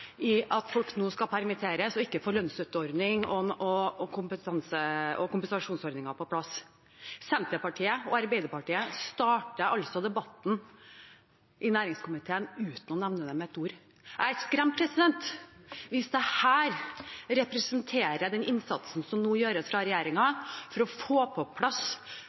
i forbindelse med at folk nå skal permitteres – får ikke lønnstøtteordning og kompensasjonsordninger på plass. Senterpartiet og Arbeiderpartiet startet debatten i næringskomiteen uten å nevne det med et ord. Jeg er skremt hvis dette representerer den innsatsen som nå gjøres av regjeringen for å få på plass